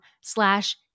slash